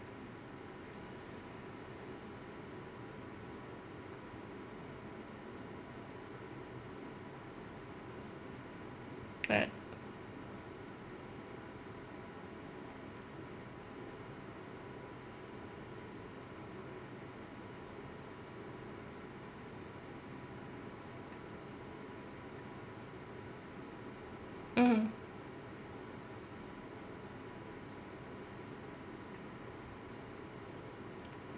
right mmhmm